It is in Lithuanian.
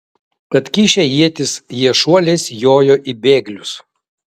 atkišę ietis jie šuoliais jojo į bėglius